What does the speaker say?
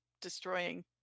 destroying